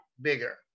bigger